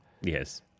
Yes